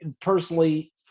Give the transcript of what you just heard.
personally